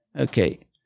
Okay